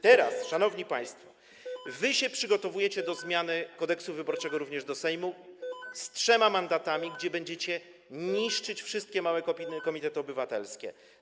Teraz, szanowni państwo, przygotowujecie się do zmiany kodeksu wyborczego również do Sejmu, z trzema mandatami, gdzie będziecie niszczyć wszystkie małe komitety obywatelskie.